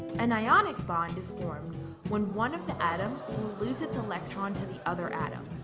an ionic bond is formed when one of the atoms will lose its electron to the other atom.